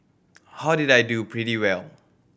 how did I do pretty well